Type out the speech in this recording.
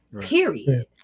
period